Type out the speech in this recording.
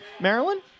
Maryland